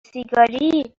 سیگاری